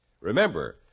Remember